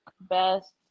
best